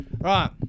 Right